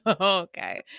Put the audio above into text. Okay